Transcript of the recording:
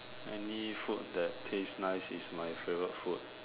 any food that taste nice is my favourite food